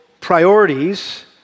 priorities